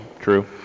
True